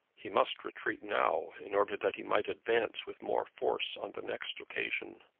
he must retreat now in order that he might advance with more force on the next occasion.